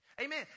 Amen